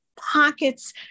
pockets